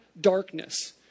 darkness